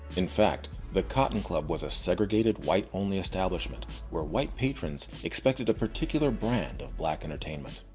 in fact, the cotton club was a segregated white only establishment where white patrons expected a particular brand of black entertainment.